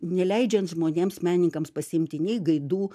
neleidžiant žmonėms menininkams pasiimti nei gaidų